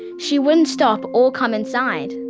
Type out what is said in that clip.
she wouldn't stop or come inside,